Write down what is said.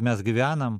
mes gyvenam